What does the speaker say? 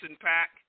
Pack